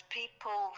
people